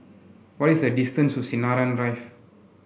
what is the distance to Sinaran Drive